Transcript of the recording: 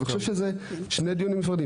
ואני חושב שאלו שני דיונים נפרדים,